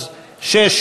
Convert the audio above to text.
אז 6,